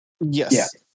Yes